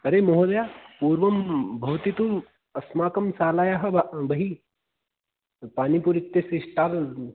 अरे महोदया पूर्वं भवती तु अस्माकं शालायाः बहिः पानिपूरि इत्यस्य स्टाल्